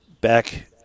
back